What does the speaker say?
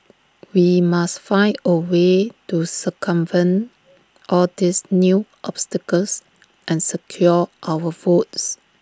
we must find A way to circumvent all these new obstacles and secure our votes